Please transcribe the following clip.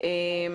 אדם וסכנה לחיי